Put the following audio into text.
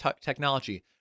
technology